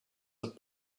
would